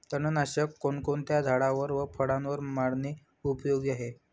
तणनाशक कोणकोणत्या झाडावर व फळावर मारणे उपयोगी आहे?